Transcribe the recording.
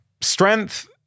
strength